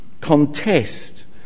contest